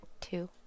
two